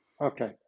Okay